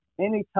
anytime